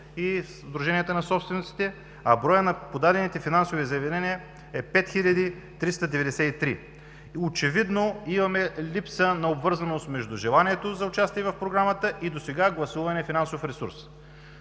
а броят на подадените финансови заявления е 5393. Очевидно имаме липса на обвързаност между желанието за участие в Програмата и досега гласувания финансов ресурс.